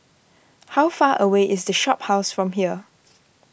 how far away is the Shophouse from here